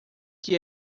que